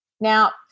Now